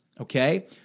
okay